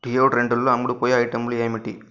డియోడ్రెంట్లో అమ్ముడుపోయే ఐటెంలు ఏమిటి